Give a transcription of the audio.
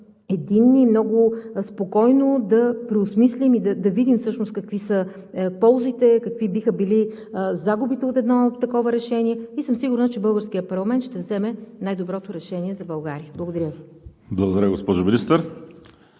единни и много спокойно да преосмислим и да видим всъщност какви са ползите, какви биха били загубите от едно такова решение. И съм сигурна, че българският парламент ще вземе най-доброто решение за България. Благодаря Ви. ПРЕДСЕДАТЕЛ ВАЛЕРИ